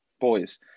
boys